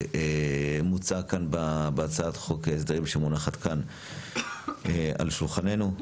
שמוצע כאן בהצעת חוק ההסדרים שמונחת כאן על שולחננו.